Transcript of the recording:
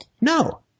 No